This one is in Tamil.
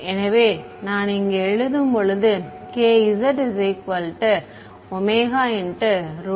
எனவே நான் இங்கே எழுதும்போது kz𝛚00s2cosθ